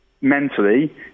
mentally